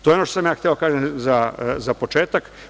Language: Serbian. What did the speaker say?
To je ono što sam ja hteo da kažem za početak.